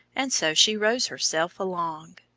and so she rows herself along.